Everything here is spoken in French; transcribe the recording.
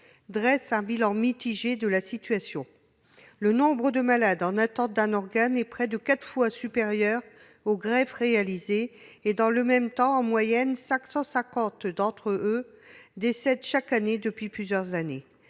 dresse un bilan mitigé de la situation :« Le nombre de malades en attente d'un organe est près de quatre fois supérieur aux greffes réalisées et, dans le même temps, en moyenne 550 d'entre eux décèdent chaque année, depuis plusieurs années.